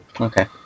Okay